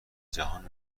جهان